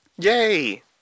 Yay